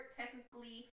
technically